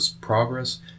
progress